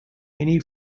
any